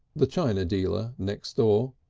the china dealer next door,